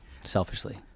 Selfishly